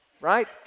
right